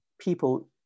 people